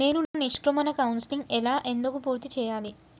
నేను నిష్క్రమణ కౌన్సెలింగ్ ఎలా ఎందుకు పూర్తి చేయాలి?